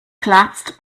collapsed